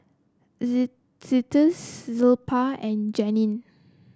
estes Zilpah and Janine